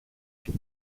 του